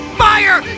fire